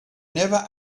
never